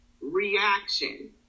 reaction